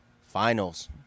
Finals